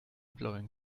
blowing